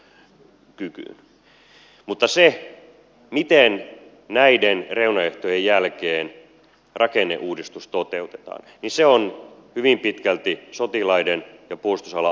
mutta se miten näiden reunaehtojen jälkeen rakenneuudistus toteutetaan on hyvin pitkälti sotilaiden ja puolustusala asiantuntijoiden määrittelemä